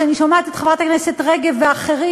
כשאני שומעת את חברת הכנסת רגב ואחרים,